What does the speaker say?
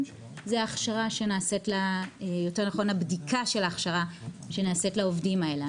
זו הבדיקה של ההכשרה שנעשית לעובדים האלו,